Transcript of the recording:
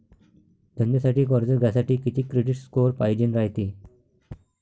धंद्यासाठी कर्ज घ्यासाठी कितीक क्रेडिट स्कोर पायजेन रायते?